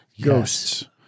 ghosts